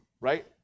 right